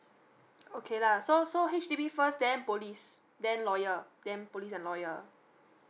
okay lah so so H_D_B first then police then lawyer then police and lawyer